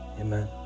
Amen